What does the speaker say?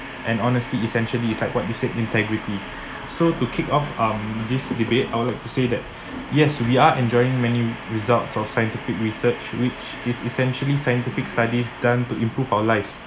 and honesty essentially is like what you said integrity so to kick off um this debate I would like to say that yes we are enjoying many results of scientific research which is essentially scientific studies done to improve our lives